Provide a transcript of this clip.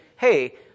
hey